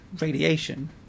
radiation